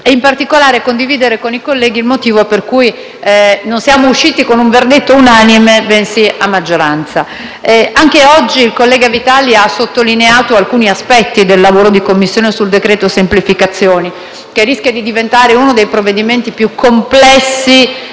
in particolare il motivo per il quale siamo usciti non con un verdetto unanime, bensì a maggioranza. Anche oggi il collega Vitali ha sottolineato alcuni aspetti del lavoro di Commissione sul decreto-legge semplificazioni, che rischia di diventare uno dei provvedimenti più complessi